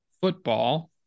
football